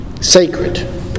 sacred